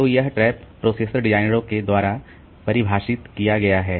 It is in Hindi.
तो यह ट्रैप प्रोसेसर डिजाइनरों के द्वारा परिभाषित किया गया है